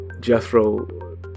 Jethro